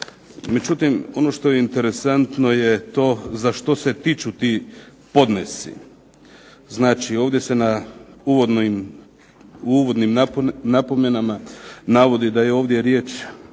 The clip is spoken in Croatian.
Međutim, ono što je interesantno je to za što se tiču ti podnesci. Znači, ovdje se u uvodnim napomenama navodi da je ovdje riječ